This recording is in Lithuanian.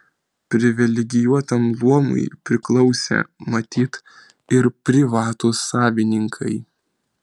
privilegijuotam luomui priklausė matyt ir privatūs savininkai